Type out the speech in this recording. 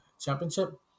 championship